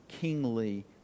kingly